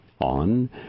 on